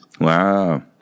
Wow